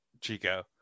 Chico